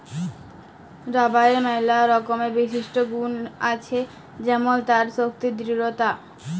রাবারের ম্যালা রকমের বিশিষ্ট গুল আছে যেমল তার শক্তি দৃঢ়তা